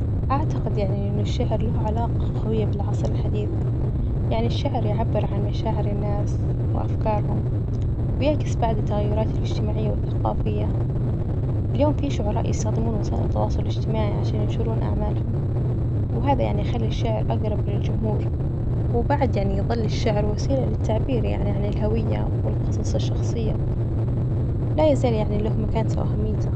أعتقد يعني إن الشعر له علاقة قوية بالعصر الحديث، يعني الشعر يعبر عن مشاعر الناس وأفكارهم، بيعكس بعد التغيرات الإجتماعية والثقافية، اليوم فيه شعراء يستخدمون وسائل التواصل الإجتماعي عشان ينشرون أعمالهم، وهذا يعني خلى الشعر أقرب للجمهور، وبعد يعني يظل الشعر وسيلة للتعبير يعني عن الهوية والقصص الشخصية، لا يزال يعني له مكانته وأهميته.